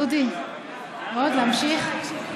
דודי, להמשיך?